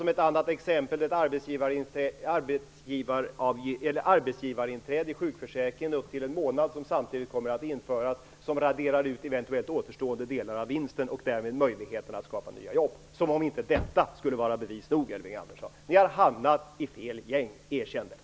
Som ett annat exempel vill jag nämna arbetsgivarinträdet i sjukförsäkringen på upp till en månad, som kommer att införas samtidigt. Det raderar ut eventuellt återstående delar av vinsten och därmed möjligheten att skapa nya jobb. Som om inte detta skulle vara bevis nog, Elving Andersson. Ni har hamnat i fel gäng, erkänn det!